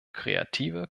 kreative